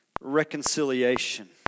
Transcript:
reconciliation